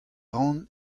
ran